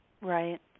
Right